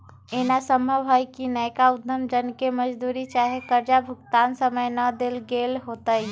एना संभव हइ कि नयका उद्यम जन के मजदूरी चाहे कर्जा भुगतान समय न देल गेल होतइ